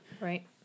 Right